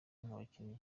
bakinnyi